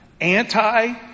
anti